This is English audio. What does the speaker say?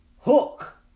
hook